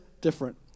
different